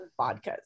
vodkas